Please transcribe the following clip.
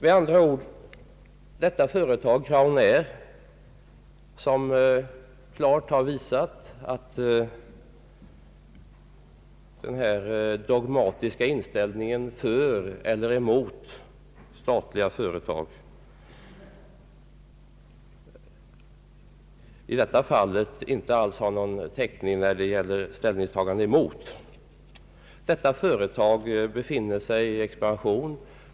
Crownair, som klart har visat att den dogmatiska inställningen emot statliga företag inte alls har någon täckning när det gäller ställningstagandet i detta fall, befinner sig med andra ord i expansion.